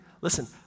listen